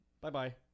bye-bye